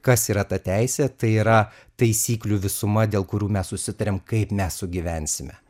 kas yra ta teisė tai yra taisyklių visuma dėl kurių mes susitarėm kaip mes sugyvensime